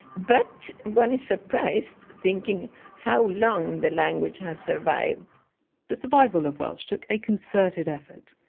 but one is surprised thinking how long the language has survived the survival of welsh took a concerted effort.